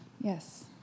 Yes